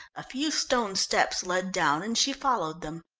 a few stone steps led down and she followed them.